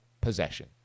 possession